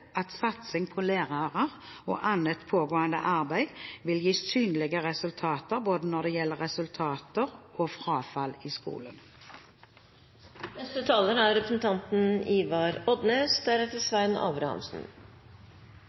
at satsingen på lærere og annet pågående arbeid vil gi synlige resultater når det gjelder både resultater og frafall i skolen. Det er